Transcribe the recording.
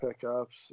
pickups